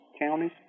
counties